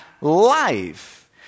life